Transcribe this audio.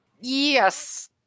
Yes